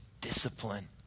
discipline